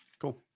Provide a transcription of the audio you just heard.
Cool